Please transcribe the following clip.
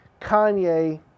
Kanye